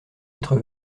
être